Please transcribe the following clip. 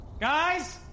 Guys